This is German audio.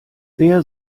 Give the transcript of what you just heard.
wer